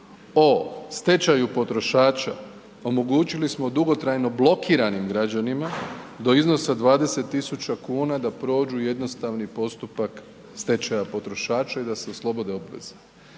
o stečaju potrošača omogućili smo dugotrajno blokiranim građanima do iznosa 20.000,00 kn da prođu jednostavni postupak stečaja potrošača i da se oslobode obveze